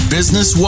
Business